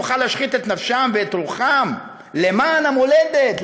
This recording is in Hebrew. נוכל להשחית את נפשם ואת רוחם למען המולדת,